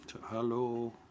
Hello